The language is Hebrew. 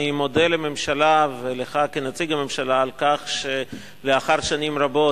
אני מודה לממשלה ולך כנציג הממשלה על כך שלאחר שנים רבות